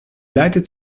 leitet